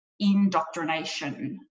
indoctrination